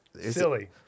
silly